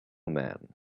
man